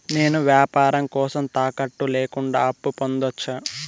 నేను వ్యాపారం కోసం తాకట్టు లేకుండా అప్పు పొందొచ్చా?